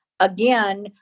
Again